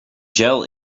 gel